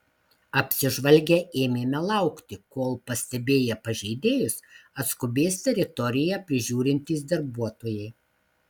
apsižvalgę ėmėme laukti kol pastebėję pažeidėjus atskubės teritoriją prižiūrintys darbuotojai